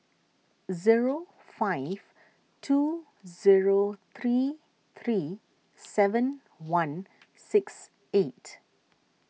zero five two zero three three seven one six eight